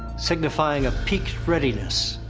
signifying a peaked readiness.